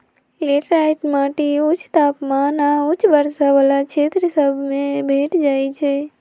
laterite माटि उच्च तापमान आऽ उच्च वर्षा वला क्षेत्र सभ में भेंट जाइ छै